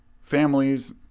families